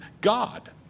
God